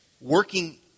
working